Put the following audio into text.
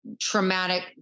traumatic